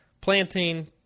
planting